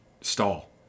stall